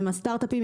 עם הסטרטאפים,